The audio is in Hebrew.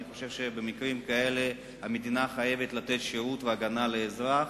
אני חושב שבמקרים כאלה המדינה חייבת לתת שירות והגנה לאזרח.